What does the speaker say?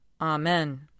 Amen